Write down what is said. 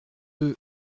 deux